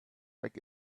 back